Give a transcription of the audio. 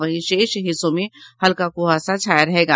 वहीं शेष हिस्सों में हल्का कुहासा छाया रहेगा